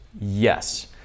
Yes